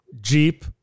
Jeep